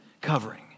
covering